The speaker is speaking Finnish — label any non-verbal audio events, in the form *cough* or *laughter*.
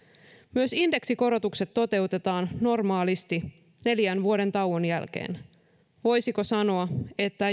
myös indeksikorotukset toteutetaan normaalisti neljän vuoden tauon jälkeen voisiko sanoa että *unintelligible*